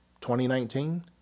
2019